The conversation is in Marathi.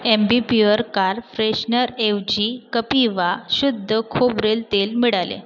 ॲम्बीप्युअर कार फ्रेशनरऐवजी कपिवा शुद्ध खोबरेल तेल मिळाले